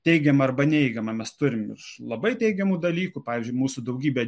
teigiamą arba neigiamą mes turime labai teigiamų dalykų pavyzdžiui mūsų daugybė